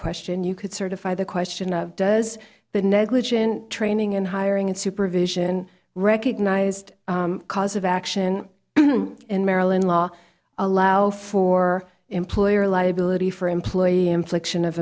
question you could certify the question of does the negligent training in hiring and supervision recognized cause of action in maryland law allow for employer liability for employee infliction of